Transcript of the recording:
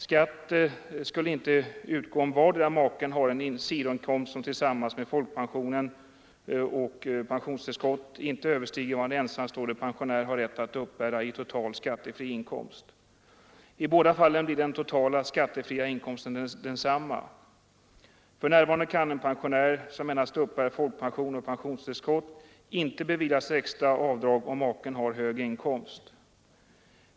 Skatt skulle inte utgå om vardera maken har en sidoinkomst som tillsammans med folkpensionen och pensionstillskott inte överstiger vad en ensamstående pensionär har rätt att uppbära i total skattefri inkomst. I båda fallen blir den totala skattefria inkomsten densamma. För närvarande kan en pensionär som endast uppbär folkpension och pensionstillskott inte beviljas extra avdrag om maken har hög inkomst.